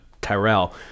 Tyrell